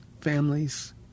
families